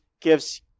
gives